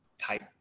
type